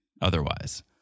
otherwise